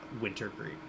Wintergreen